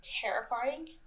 terrifying